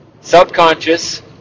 Subconscious